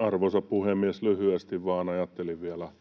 Arvoisa puhemies! Lyhyesti vain ajattelin vielä,